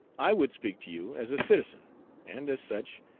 i would speak to you as a citizen and as such,